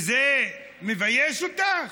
זה מבייש אותך?